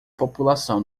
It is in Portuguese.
população